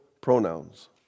pronouns